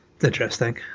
Interesting